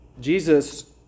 Jesus